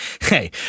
hey